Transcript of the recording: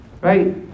Right